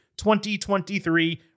2023